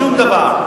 שום דבר.